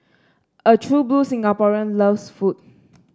a true blue Singaporean loves food